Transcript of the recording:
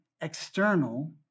external